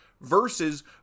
versus